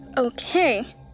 Okay